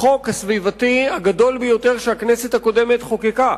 החוק הסביבתי הגדול ביותר שהכנסת הקודמת חוקקה,